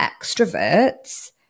extroverts